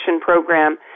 program